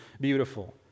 beautiful